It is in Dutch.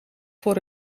voor